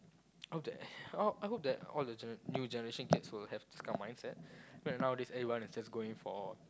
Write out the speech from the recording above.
hope that I hope that all the gene~ new generation kids would have this kind of mindset right nowadays everyone is just going for